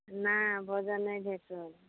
नहि भोजन नहि भेट रहल छै